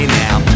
now